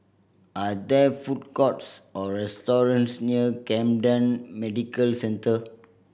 are there food courts or restaurants near Camden Medical Centre